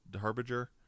harbinger